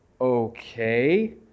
Okay